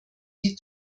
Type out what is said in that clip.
die